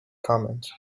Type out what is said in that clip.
comment